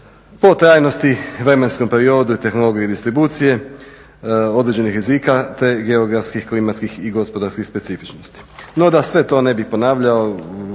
po trajnosti, vremenskom periodu i tehnologiji distribucije, određenih rizika, te geografskih, klimatskih i gospodarskih specifičnosti. No da sve to ne bih ponavljao